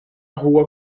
rua